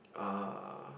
ah